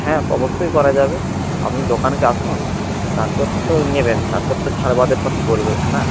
হ্যাঁ অবশ্যই করা যাবে আপনি দোকানকে আসুন তারপর তো নেবেন তারপর তো ছাড় বাদের কথা বলবেন না